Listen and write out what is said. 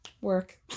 Work